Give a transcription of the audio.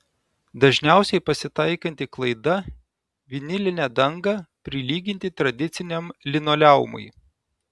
dažniausiai pasitaikanti klaida vinilinę dangą prilyginti tradiciniam linoleumui